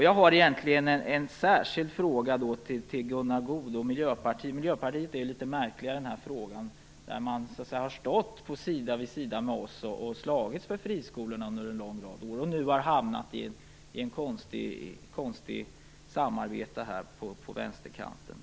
Jag har en särskild fråga till Gunnar Goude och Miljöpartiet. Miljöpartiet beter sig ju litet märkligt i den här frågan. Man har stått sida vid sida med oss och slagits för friskolorna under en lång rad år, och nu har man hamnat i ett konstigt samarbete på vänsterkanten.